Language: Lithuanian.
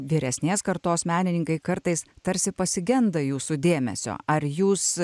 vyresnės kartos menininkai kartais tarsi pasigenda jūsų dėmesio ar jūs